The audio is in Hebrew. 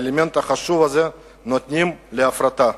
את האלמנט החשוב הזה נותנים להפרטה.